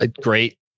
Great